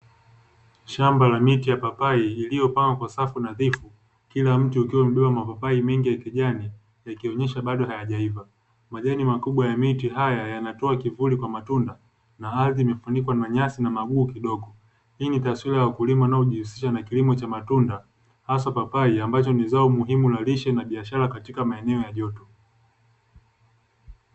Shamba la miti ya papai iliyopangwa kwa safu nadhifu kila mtu ukiwambiwa mapapai mengi ya kijani, yakionesha bado hayajaiva majani makubwa ya miti haya yanatoa kivuli kwa matunda na ardhi imefunikwa na nyasi na magugu kidogo, hii ni taswira ya wakulima wanaojihusisha na kilimo cha matunda hasa papai ambazo ni zao muhimu na lishe na biashara katika maeneo ya joto.